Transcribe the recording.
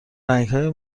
رنگهای